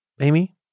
Amy